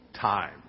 time